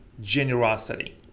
Generosity